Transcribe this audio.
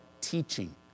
teaching